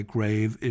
Grave